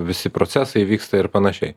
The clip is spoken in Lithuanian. visi procesai vyksta ir panašiai